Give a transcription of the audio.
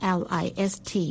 list